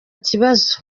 kibazo